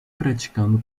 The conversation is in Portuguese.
praticando